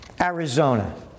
Arizona